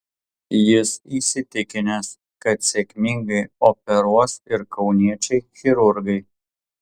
jis įsitikinęs kad sėkmingai operuos ir kauniečiai chirurgai